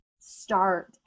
Start